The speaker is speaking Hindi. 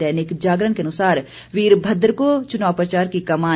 दैनिक जागरण के अनुसार वीरभद्र को चुनाव प्रचार की कमान